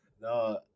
no